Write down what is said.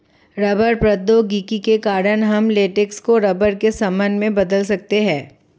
rubber प्रौद्योगिकी के कारण हम लेटेक्स को रबर के सामान में बदल सकते हैं